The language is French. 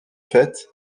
fait